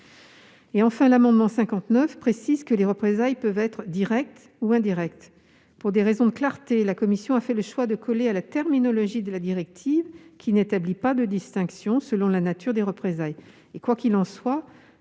Enfin, l'amendement n° 59 tend à préciser que les représailles peuvent être directes ou indirectes. Pour des raisons de clarté, la commission a fait le choix de coller à la terminologie de la directive, laquelle n'établit pas de distinction selon la nature des représailles. Quoi qu'il en soit,